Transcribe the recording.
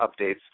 updates